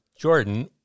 Jordan